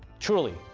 truly,